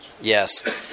yes